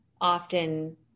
often